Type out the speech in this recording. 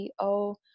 CEO